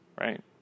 right